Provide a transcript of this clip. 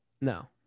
No